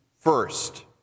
first